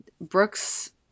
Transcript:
Brooks